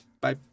Bye